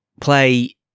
play